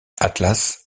atlas